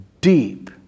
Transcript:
deep